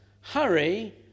hurry